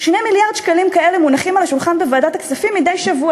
2 מיליארד שקלים כאלה מונחים על השולחן בוועדת הכספים מדי שבוע,